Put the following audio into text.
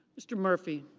mr. murphy.